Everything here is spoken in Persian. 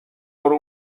برو